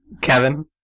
Kevin